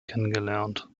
kennengelernt